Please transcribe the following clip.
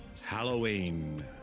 Halloween